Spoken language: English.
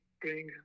bring